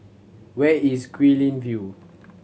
where is Guilin View